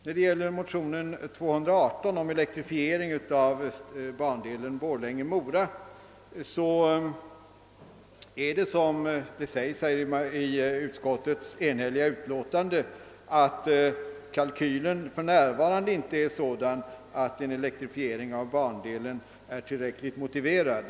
Beträffande motionen II: 218 om elektrifiering av bandelen Borlänge—Mora gäller vad som sägs i utskottets enhälliga utlåtande att kalkylen för närvarande inte är sådan att en elektrifiering av bandelen är tillräckligt motiverad.